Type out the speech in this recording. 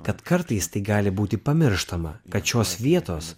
kad kartais tai gali būti pamirštama kad šios vietos